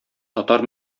татар